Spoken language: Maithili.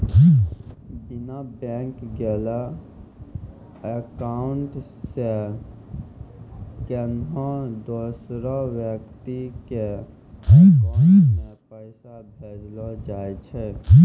बिना बैंक गेलैं अकाउंट से कोन्हो दोसर व्यक्ति के अकाउंट मे पैसा भेजलो जाय छै